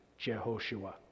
Jehoshua